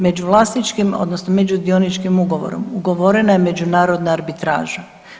Međuvlasničkim odnosno međudioničkim ugovorom ugovorena je međunarodna arbitraža.